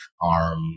arm